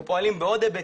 אנחנו פועלים בעוד היבטים: